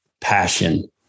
passion